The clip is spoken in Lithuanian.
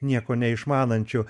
nieko neišmanančiu